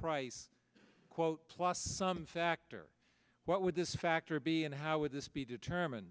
price quote plus some factor what would this factor be and how would this be determined